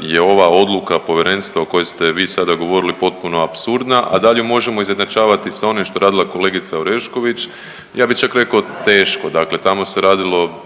je ova odluka povjerenstva o kojoj ste vi sada govorili potpuno apsurdna, a dalje možemo izjednačavati s onim što je radila kolegica Orešković. Ja bi čak rekao teško, dakle tamo se radilo